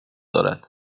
دارد